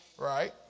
Right